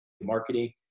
marketing